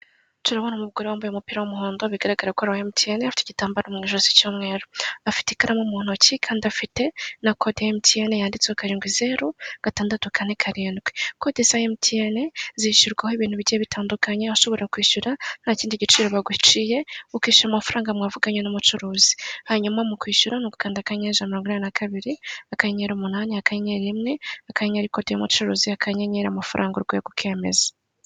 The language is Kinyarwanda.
Turabona umugore wambaye umupira w'umuhondo bigaragara ko ari uwa MTN afite igitambaro mu ijosi cy'umweru afite ikaramu mu ntoki kandi afite na code ya MTN yanditseho karindwi zero gatandatu kane karindwi, code za MTN zishyurwaho ibintu bigiye bitandukanye aho ushobora kwishyura nta kindi giciro baguciye ukishyura amafaranga mwavuganye n'umucuruzi, hanyuma mu kwishyura ni ugukanda akanyenyeri ijana na mirongo inani na rimwe akanyenyeri umunani akanyenyeri rimwe akanyenyeri code y'umucuruzi akanyenyeri amafaranga urwego ukemeza.